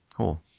Cool